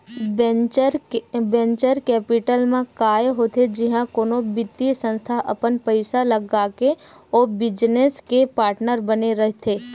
venture capital म काय होथे जिहाँ कोनो बित्तीय संस्था अपन पइसा लगाके ओ बिजनेस के पार्टनर बने रहिथे